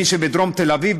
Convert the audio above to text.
מי שבדרום-תל-אביב,